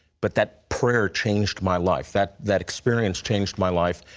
but that prayer changed my life. that that experience changed my life.